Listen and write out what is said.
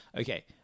okay